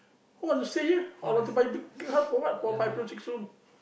who want to stay here I want to buy big big house for what four five room six room